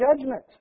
judgment